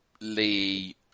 Lee